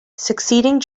succeeding